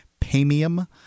Paymium